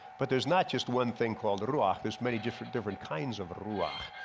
but there's not just one thing called ruach there's many different different kinds of ruach.